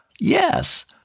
Yes